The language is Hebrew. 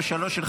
אושרה בקריאה